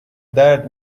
درد